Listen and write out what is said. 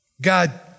God